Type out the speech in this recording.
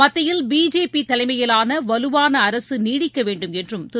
மத்தியில் பிஜேபி தலைமையிலான வலுவான அரசு நீடிக்க வேண்டும் என்றும் திரு